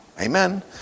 Amen